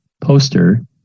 poster